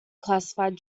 classified